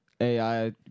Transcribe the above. AI